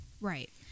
Right